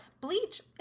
Bleach